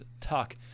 talk